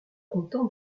content